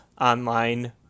online